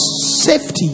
safety